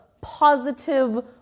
positive